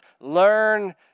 Learn